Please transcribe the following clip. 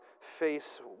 face